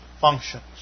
functions